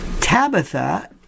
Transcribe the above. Tabitha